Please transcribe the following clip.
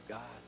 God